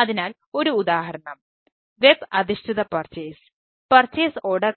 അതിനാൽ ഒരു ഉദാഹരണം വെബ് മറ്റ് ചില